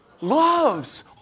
Loves